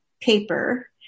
paper